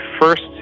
first